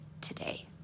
today